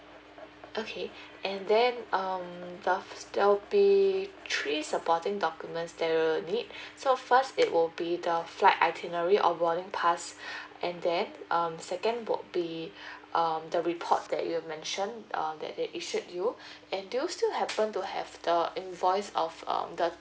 okay and then um there there will be three supporting documents they will need so first it will be the flight itinerary or boarding pass and then um second would be um the reports that you have mentioned um that they issued you and do you still happen to have the invoice of um the